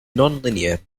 nonlinear